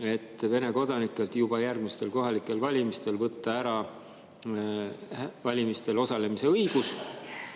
et Vene kodanikelt juba järgmistel kohalikel valimistel võtta ära valimistel osalemise õigus?